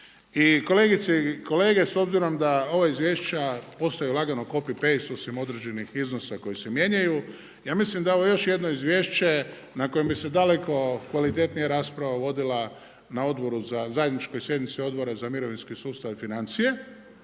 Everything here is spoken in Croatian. I kolegice i kolege, s obzirom da ova izvješća postaju lagano copy-paste osim određenih iznosa koji se mijenjaju, ja mislim da je ovo još jedno izvješće na kojem bi se daleko kvalitetnije rasprava vodila na zajedničkoj sjednici Odbora za mirovinski sustav i financije